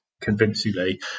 convincingly